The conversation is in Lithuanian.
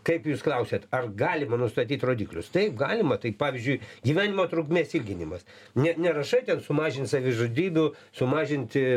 kaip jūs klausiat ar galima nustatyt rodiklius taip galima tai pavyzdžiui gyvenimo trukmės ilginimas net nerašai ten sumažint savižudybių sumažinti